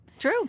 True